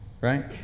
right